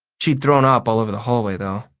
she'd thrown up all over the hallway, though.